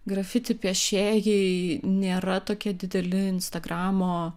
grafiti piešėjai nėra tokie dideli instagramo